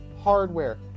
hardware